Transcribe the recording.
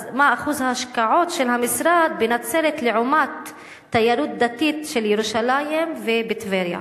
אז מה אחוז ההשקעות של המשרד בנצרת לעומת תיירות דתית בירושלים וטבריה?